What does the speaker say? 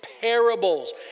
parables